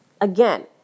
again